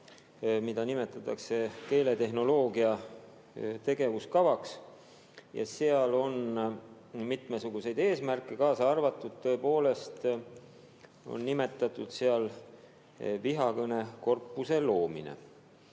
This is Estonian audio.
mida nimetatakse keeletehnoloogia tegevuskavaks, ja seal on mitmesuguseid eesmärke, mille hulgas on tõepoolest nimetatud ka vihakõne korpuse loomist.